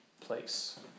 place